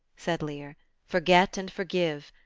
said lear forget and forgive.